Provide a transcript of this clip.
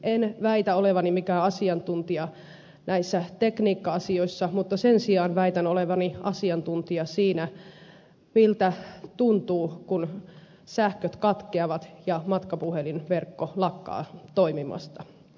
en väitä olevani mikään asiantuntija näissä tekniikka asioissa mutta sen sijaan väitän olevani asiantuntija siinä miltä tuntuu kun sähköt katkeavat ja matkapuhelinverkko lakkaa toimimasta